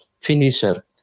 finisher